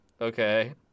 okay